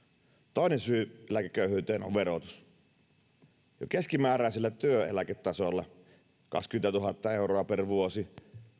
toinen syy eläkeköyhyyteen on verotus jo keskimääräisellä työeläketasolla kaksikymmentätuhatta euroa per vuosi